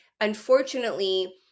Unfortunately